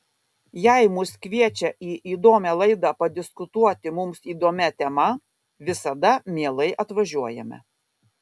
jei mus kviečia į įdomią laidą padiskutuoti mums įdomia tema visada mielai atvažiuojame